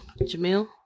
Jamil